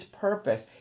purpose